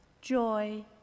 joy